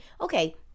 okay